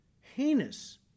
heinous